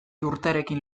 urterekin